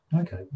Okay